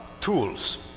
tools